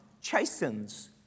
chastens